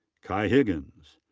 kai higgins.